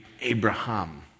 Abraham